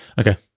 Okay